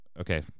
Okay